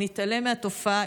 אם נתעלם מהתופעה,